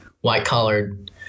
white-collared